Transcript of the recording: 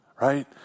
right